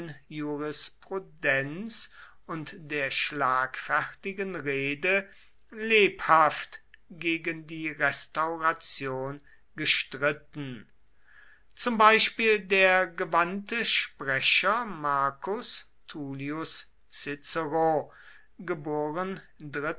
jurisprudenz und der schlagfertigen rede lebhaft gegen die restauration gestritten zum beispiel der gewandte sprecher marcus